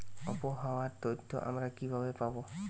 আবহাওয়ার তথ্য আমরা কিভাবে পাব?